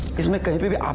is likely to be the um